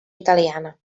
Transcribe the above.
italiana